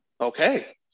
Okay